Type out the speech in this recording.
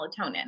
melatonin